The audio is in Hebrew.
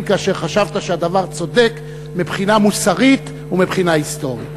כאשר חשבת שהדבר צודק מבחינה מוסרית ומבחינה היסטורית.